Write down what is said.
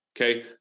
Okay